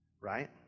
Right